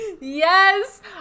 Yes